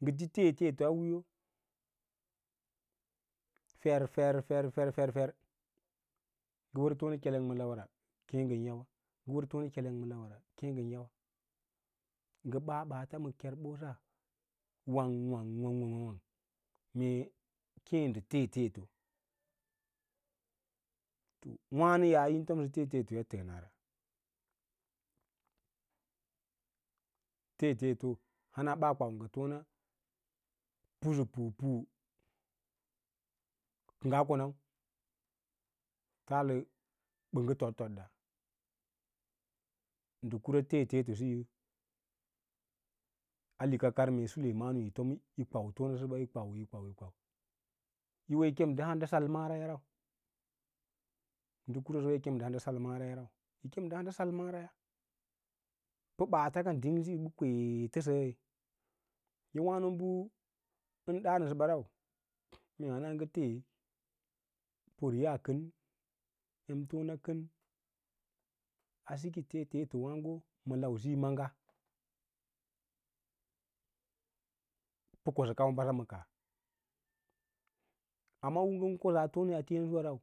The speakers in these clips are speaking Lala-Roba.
Ngə ti tuteto a wiiyo fer, fer, fer, fer, fer ngə wərtone keleng ma lawa ra keẽ ngə yawa, ngə wər tone kellen ma lawara keẽ ngən yawa ngə ɓaa ɓaats ma kerɓosa wang wang, wang, wang wang wang mee mee keẽ ndə teteto wâno yah yim tomsə tetetoya təənara teteto hana ɓaa kwau ngə fona pusapu pu kə ngaa konau. Taalə ɓə ngə toɗ toɗda nɗə kuran tetetosiyo a likankar mee suleimanu yi fom yi kwau tona səɓa yi kwau yi kwau yi kwau yi wo yi kem ndə handasal maraya rau, ndə kurasəwa yi kem ndə hauda sə maraya rau ndə handa sal maraya, pə ɓaata ka ding siyo ɓə kvetəsəi ye wǎno bu ən ɗa nəsəɓa rau mee hana ngə tee poriyas kən emtona kən asiki teeteto waãgo ma lausiyo maaga pə kosə kau basa ma kaah amma y ngən kosaa tone ateya ne suwa rau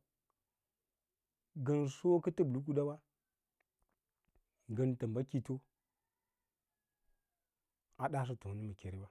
ngən so kə təb la’ wa ngən təmba kito a daaso tone ma kere wa.